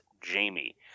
Jamie